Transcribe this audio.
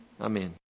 Amen